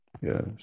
yes